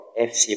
FC